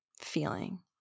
feeling